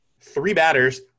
three-batters